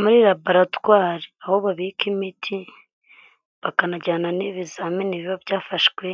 Muri laboratwari aho babika imiti, bakanajyana n'ibizamini biba byafashwe